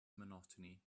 monotony